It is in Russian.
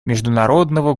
международного